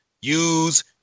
use